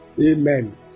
Amen